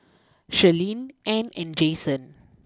Shirleen Ann and Jasen